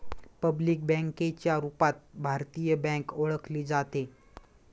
public बँकेच्या रूपात भारतीय बँक ओळखली जाते